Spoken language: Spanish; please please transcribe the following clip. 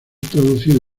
traducido